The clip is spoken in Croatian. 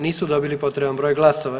Nisu dobili potreban broj glasova.